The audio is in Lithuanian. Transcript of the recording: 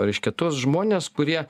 reiškia tuos žmones kurie